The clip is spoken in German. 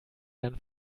jan